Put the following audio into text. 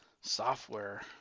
...software